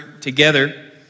together